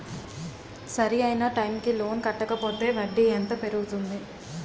సరి అయినా టైం కి లోన్ కట్టకపోతే వడ్డీ ఎంత పెరుగుతుంది?